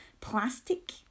plastic